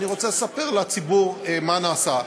אני רוצה לספר לציבור מה נעשה.